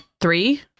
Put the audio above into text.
three